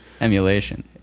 Emulation